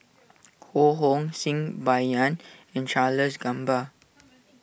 Ho Hong Sing Bai Yan and Charles Gamba